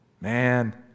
Man